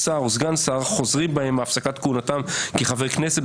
שר או סגן שר חוזרים בהם מהפסקת כהונתם כחבר כנסת,